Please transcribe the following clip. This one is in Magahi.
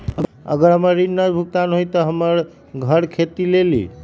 अगर हमर ऋण न भुगतान हुई त हमर घर खेती लेली?